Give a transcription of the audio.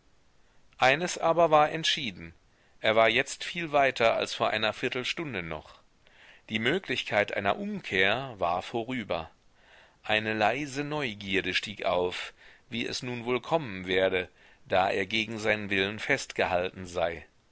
eines aber war entschieden er war jetzt viel weiter als vor einer viertelstunde noch die möglichkeit einer umkehr war vorüber eine leise neugierde stieg auf wie es nun wohl kommen werde da er gegen seinen willen festgehalten sei